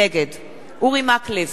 נגד אורי מקלב,